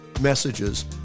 messages